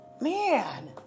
Man